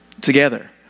together